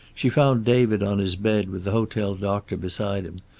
she found david on his bed with the hotel doctor beside him,